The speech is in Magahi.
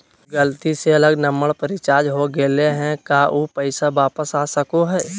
गलती से अलग नंबर पर रिचार्ज हो गेलै है का ऊ पैसा वापस आ सको है?